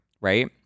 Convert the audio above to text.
right